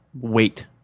wait